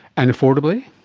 and affordably?